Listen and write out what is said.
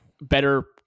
better